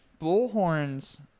Bullhorns